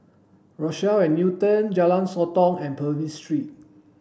Rochelle at Newton Jalan Sotong and Purvis Street